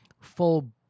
full